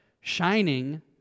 Shining